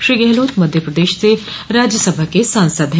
श्री गहलोत मध्य प्रदेश से राज्यसभा के सांसद हैं